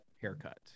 haircut